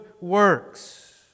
works